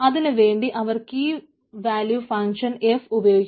അതിനുവേണ്ടി അവർ key value function f ഉപയോഗിക്കുന്നു